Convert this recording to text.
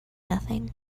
nothing